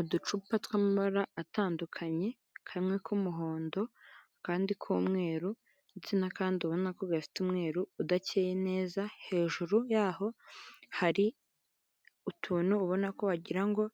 Uducupa tw'amabara atandukanye kamwe k'umuhondo kandi k'umweru ndetse n'akandi ubona ko gafite umweru udakeye neza, hejuru yaho hari utuntu ubona ko wagirango ngo